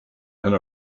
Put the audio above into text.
and